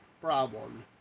problem